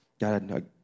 God